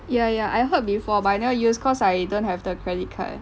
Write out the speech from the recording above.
ya ya I heard before but I never use cause I don't have the credit card